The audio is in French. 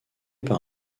par